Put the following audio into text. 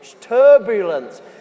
Turbulence